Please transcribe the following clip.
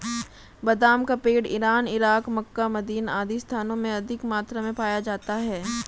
बादाम का पेड़ इरान, इराक, मक्का, मदीना आदि स्थानों में अधिक मात्रा में पाया जाता है